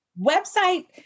Website